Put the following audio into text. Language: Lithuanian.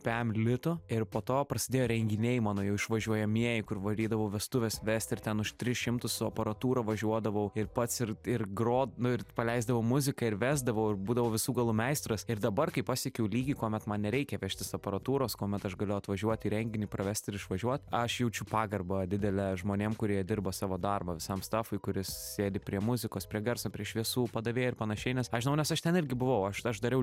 pem litų ir po to prasidėjo renginiai mano jau išvažiuojamieji kur varydavau vestuves vesti ir ten už tris šimtus su aparatūra važiuodavau ir pats ir ir grot nu ir paleisdavau muziką ir vesdavau ir būdavau visų galų meistras ir dabar kai pasiekiau lygį kuomet man nereikia vežtis aparatūros kuomet aš galiu atvažiuot į renginį pravest ir išvažiuot aš jaučiu pagarbą didelę žmonėm kurie dirba savo darbą visam stafui kuris sėdi prie muzikos prie garso prie šviesų padavėjai ir panašiai nes aš žinau nes aš ten irgi buvau aš aš dariau